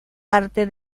parte